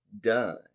done